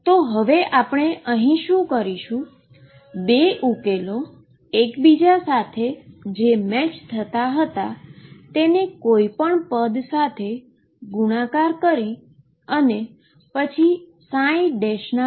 તો હવે આપણે શું કરશું કે બે ઉકેલો એક્બીજા સાથે જે મેચ થતા હતા તેને કોઈ પદ સાથે ગુણાકાર કરી અને પછી ના મૂલ્યોની તુલના કરીએ